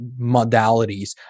modalities